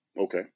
Okay